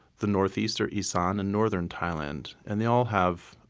the northeastern isan and northern thailand. and they all have